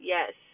Yes